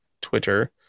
Twitter